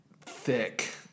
thick